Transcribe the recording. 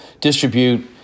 distribute